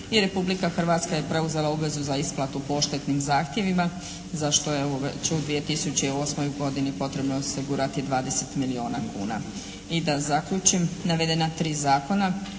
Republika Hrvatska je preuzela obvezu za isplatu po odštetnim zahtjevima za što je ovo u 2008. godini potrebno osigurati 20 milijuna kuna. I da zaključim. Navedena tri zakona